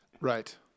Right